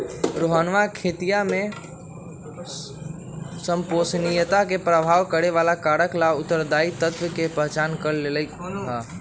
रोहनवा खेतीया में संपोषणीयता के प्रभावित करे वाला कारक ला उत्तरदायी तत्व के पहचान कर लेल कई है